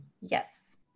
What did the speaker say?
Yes